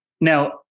Now